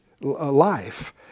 life